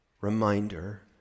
reminder